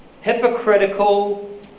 hypocritical